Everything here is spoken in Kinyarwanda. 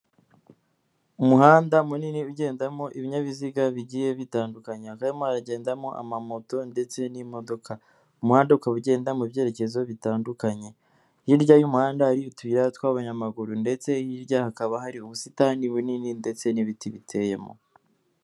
Umuhanda munini ugendamo ibinyabiziga bigiye bitandukanye hakaba harimo haragendamo amamoto ndetse n'imodoka, umuhanda ukaba ugenda mu byerekezo bitandukanye hirya y'umuhanda hari utuyira tw'abanyamaguru ndetse hirya hakaba hari ubusitani bunini ndetse n'ibiti biteyemo.